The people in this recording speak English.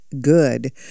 good